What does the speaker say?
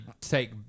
take